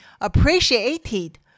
appreciated